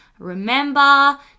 remember